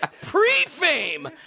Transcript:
Pre-fame